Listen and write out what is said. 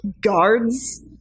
guards